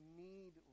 need